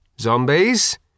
Zombies